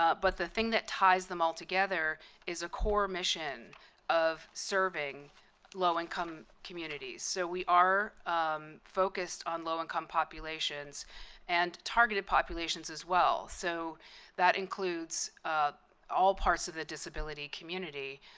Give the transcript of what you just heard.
ah but the thing that ties them all together is a core mission of serving low-income communities. so we are um focused on low-income populations and targeted populations as well. so that includes all parts of the disability community.